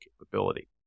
capability